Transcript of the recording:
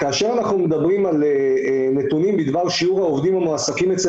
כאשר אנחנו מדברים על נתונים בדבר שיעור העובדים המועסקים אצל